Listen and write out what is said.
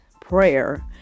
prayer